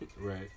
Right